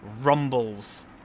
rumbles